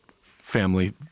family